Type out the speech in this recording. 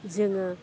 जोङो